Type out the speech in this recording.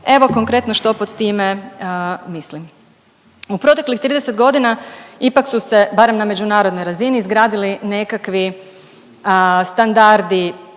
Evo konkretno što pod time mislim. U proteklih 30 godina ipak su se barem na međunarodnoj razini izgradili nekakvi standardi